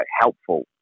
helpful